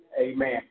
Amen